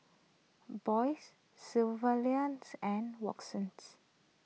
Boyd Sylvanias and Watson